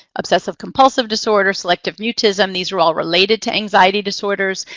obsessive compulsive disorder, selective mutism. these are all related to anxiety disorders,